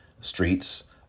streets